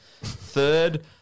Third